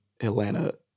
Atlanta